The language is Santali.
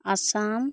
ᱟᱥᱟᱢ